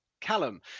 Callum